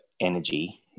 energy